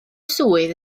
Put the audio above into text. swydd